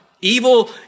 Evil